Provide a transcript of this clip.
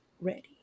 ready